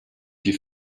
die